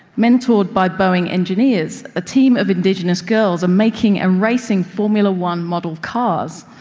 mentored by boeing engineers, a team of indigenous girls are making and racing formula one model cars,